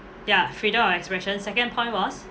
ya freedom of expression second point was